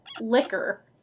liquor